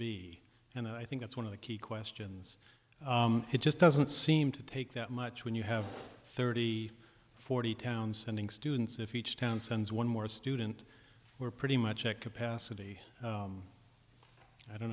and i think that's one of the key questions it just doesn't seem to take that much when you have thirty forty town sending students if each town sends one more student we're pretty much at capacity i don't